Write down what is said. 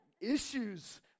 issues